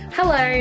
Hello